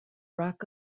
rock